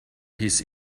his